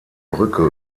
brücke